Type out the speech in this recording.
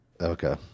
Okay